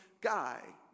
guy